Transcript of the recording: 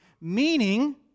meaning